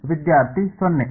ವಿದ್ಯಾರ್ಥಿ 0